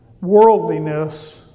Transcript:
worldliness